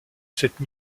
cette